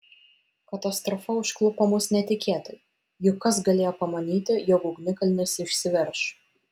katastrofa užklupo mus netikėtai juk kas galėjo pamanyti jog ugnikalnis išsiverš